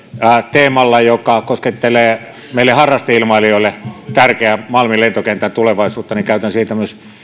teemalla joka koskettelee meille harrasteilmailijoille tärkeän malmin lentokentän tulevaisuutta niin käytän siitä myös